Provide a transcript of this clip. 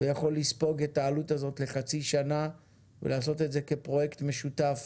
ויכול לספוג את העלות הזאת לחצי שנה ולעשות את זה כפרויקט משותף